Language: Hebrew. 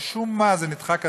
משום מה, זה נדחק הצידה.